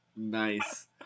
nice